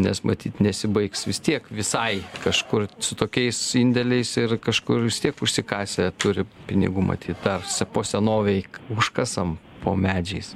nes matyt nesibaigs vis tiek visai kažkur su tokiais indėliais ir kažkur vis tiek užsikasę turi pinigų matyt dar po senovei užkasame po medžiais